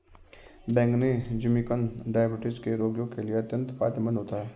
बैंगनी जिमीकंद डायबिटीज के रोगियों के लिए अत्यंत फायदेमंद होता है